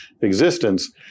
existence